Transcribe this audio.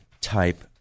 type